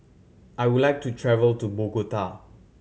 I would like to travel to Bogota